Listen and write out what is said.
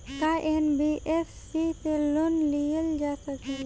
का एन.बी.एफ.सी से लोन लियल जा सकेला?